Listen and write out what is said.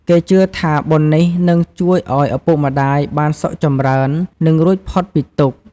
គេជឿថាបុណ្យនេះនឹងជួយឱ្យឪពុកម្តាយបានសុខចម្រើន និងរួចផុតពីទុក្ខ។